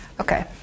Okay